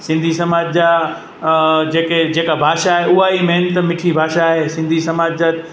सिंधी समाज जा जेके जेका भाषा आहे उहा ई मेन त मिठी भाषा आहे सिंधी समाज जा